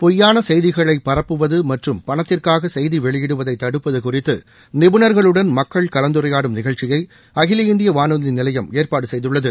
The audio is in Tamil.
பொய்யாள செய்திகளை பரப்புவது மற்றும் பணத்திற்காக செய்தி வெளியிடுவதை தடுப்பது குறித்து நிபுணர்களுடன் மக்கள் கலந்துரையாடும் நிகழ்ச்சியை அகில இந்திய வானொலி நிலையம் ஏற்பாடு செய்துள்ளது